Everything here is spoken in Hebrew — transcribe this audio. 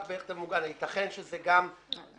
בערך טבע מוגן אלא יתכן שזה גם -- זה